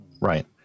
Right